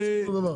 לא צריך שום דבר.